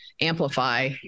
Amplify